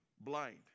Blind